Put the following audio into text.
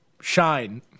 shine